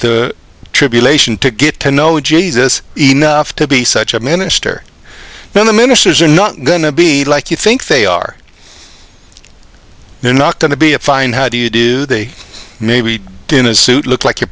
the tribulation to get to know jesus enough to be such a minister then the ministers are not going to be like you think they are they're not going to be a fine how do you do they may be in a suit looked like